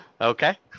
Okay